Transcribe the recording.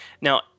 Now